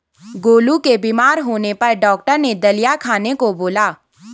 गोलू के बीमार होने पर डॉक्टर ने दलिया खाने का बोला